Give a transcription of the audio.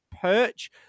Perch